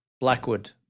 Blackwood